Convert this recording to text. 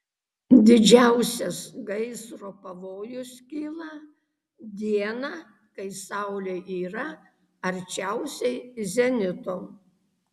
didžiausias gaisro pavojus kyla dieną kai saulė yra arčiausiai zenito